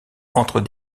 entre